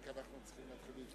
רק אנחנו צריכים לסיים.